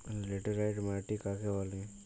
Laterite মাটি কাকে বলে?